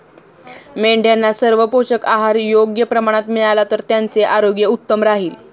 मेंढ्यांना सर्व पोषक आहार योग्य प्रमाणात मिळाला तर त्यांचे आरोग्य उत्तम राहील